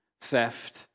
theft